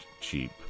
cheap